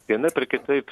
vienaip ar kitaip